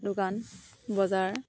দোকান বজাৰ